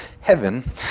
heaven